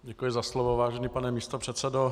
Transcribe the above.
Děkuji za slovo, vážený pane místopředsedo.